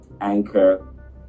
Anchor